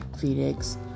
Phoenix